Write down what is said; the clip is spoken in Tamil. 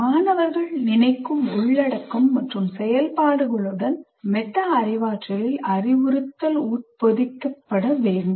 மாணவர்கள் நினைக்கும் உள்ளடக்கம் மற்றும் செயல்பாடுகளுடன் மெட்டா அறிவாற்றலில் அறிவுறுத்தல் உட்பொதிக்கப்பட வேண்டும்